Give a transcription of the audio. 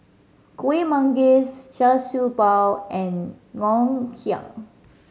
Kueh Manggis Char Siew Bao and Ngoh Hiang